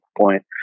point